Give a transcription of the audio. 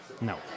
no